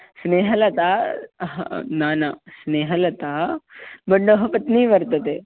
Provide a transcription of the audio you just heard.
स्नेहलता हा न न स्नेहलता दोड्डः पत्नी वर्तते